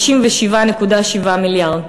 57.7 מיליארד.